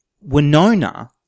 Winona